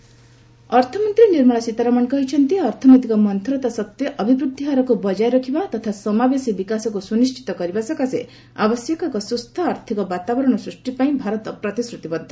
ସୀତାରମଣ ସ୍କୋଡାଉନ୍ ଅର୍ଥମନ୍ତ୍ରୀ ନିର୍ମଳା ସୀତାରମଣ କହିଛନ୍ତି ଅର୍ଥନୈତିକ ମନ୍ତରତା ସତ୍ତ୍ୱେ ଅଭିବୃଦ୍ଧି ହାରକୁ ବଜାୟ ରଖିବା ତଥା ସମାବେଶୀ ବିକାଶକୁ ସୁନିଣ୍ଠିତ କରିବା ସକାଶେ ଆବଶ୍ୟକ ଏକ ସ୍କୁସ୍ଥ ଆର୍ଥିକ ବାତାବରଣ ସୃଷ୍ଟି ପାଇଁ ଭାରତ ପ୍ରତିଶ୍ରତିବଦ୍ଧ